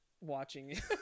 watching